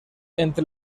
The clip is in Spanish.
entre